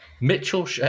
Mitchell